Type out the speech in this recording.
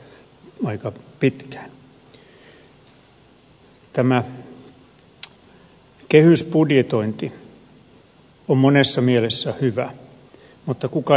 tämä kehysbudjetointi on monessa mielessä hyvä mutta kuka johtaa kokonaisuutta